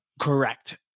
Correct